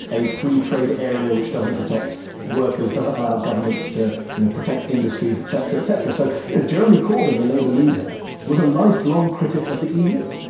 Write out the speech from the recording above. a free trade area, which doesn't protect workers, doesn't allow governments to you know protect industries, etc, etc. so ah jeremy corbyn, the labor leader was a lifelong critic of the eu.